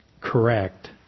correct